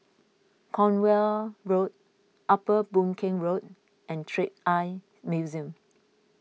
Cornwall Road Upper Boon Keng Road and Trick Eye Museum